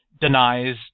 denies